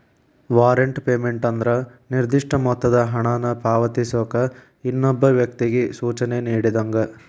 warrant payment ಅಂದ್ರ ನಿರ್ದಿಷ್ಟ ಮೊತ್ತದ ಹಣನ ಪಾವತಿಸೋಕ ಇನ್ನೊಬ್ಬ ವ್ಯಕ್ತಿಗಿ ಸೂಚನೆ ನೇಡಿದಂಗ